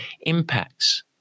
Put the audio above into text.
impacts